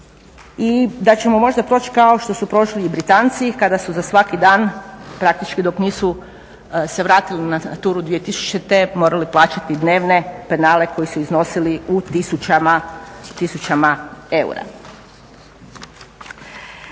i da ćemo možda proći kao što su prošli i Britanci kada su za svaki dan praktički dok nisu se vratili u Naturu 2000 morali plaćati dnevne penale koji su iznosili u tisućama eura.